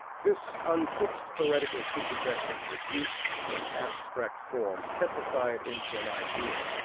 this unfixed poetical prepossession, reduced to an abstract form, petrified into an idea,